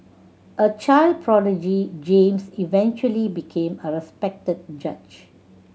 a child prodigy James eventually became a respected judge